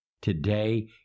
today